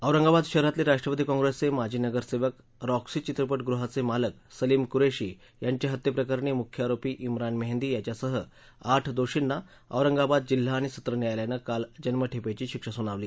औरंगाबाद शहरातले राष्ट्रवादी काँग्रेसचे माजी नगरसेवक रॉक्सी चित्रपटगृहाचे मालक सलीम कुरेशी यांच्या हत्येप्रकरणी मुख्य आरोपी मिन मेहंदी याच्यासह आठ दोषींना औरंगाबाद जिल्हा आणि सत्र न्यायालयानं काल जन्मठेपेची शिक्षा सुनावली